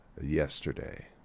yesterday